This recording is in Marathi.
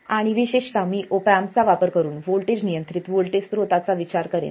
आणि विशेषतः मी ऑप एम्प चा वापर करून व्होल्टेज नियंत्रित व्होल्टेज स्त्रोताचा विचार करेन